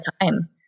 time